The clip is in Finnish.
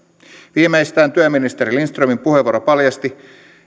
viimeistään työministeri lindströmin puheenvuoro paljasti